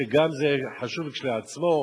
שגם זה חשוב כשלעצמו,